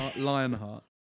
Lionheart